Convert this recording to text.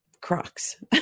Crocs